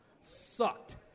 Sucked